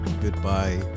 Goodbye